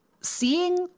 seeing